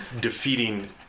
defeating